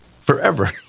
forever